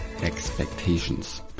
expectations